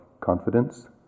confidence